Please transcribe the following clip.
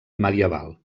medieval